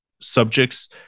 subjects